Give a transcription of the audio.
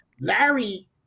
Larry